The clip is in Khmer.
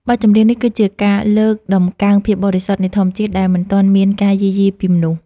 បទចម្រៀងនេះគឺជាការលើកតម្កើងភាពបរិសុទ្ធនៃធម្មជាតិដែលមិនទាន់មានការយាយីពីមនុស្ស។